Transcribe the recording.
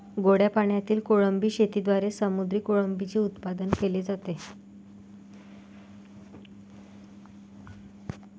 गोड्या पाण्यातील कोळंबी शेतीद्वारे समुद्री कोळंबीचे उत्पादन केले जाते